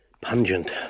pungent